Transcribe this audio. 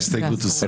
הצבעה ההסתייגות לא